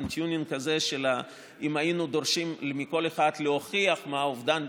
tuning כזה של אם היינו דורשים מכל אחד להוכיח מה האובדן.